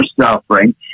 suffering